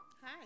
Hi